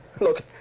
Look